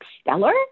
stellar